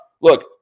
Look